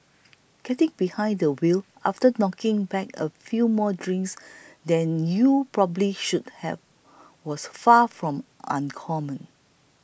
getting behind the wheel after knocking back a few more drinks than you probably should have was far from uncommon